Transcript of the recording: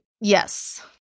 Yes